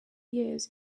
years